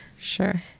Sure